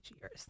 years